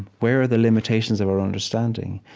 where are the limitations of our understanding?